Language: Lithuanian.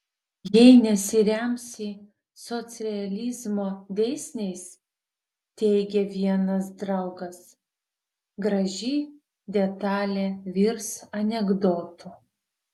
jei nesiremsi socrealizmo dėsniais teigė vienas draugas graži detalė virs anekdotu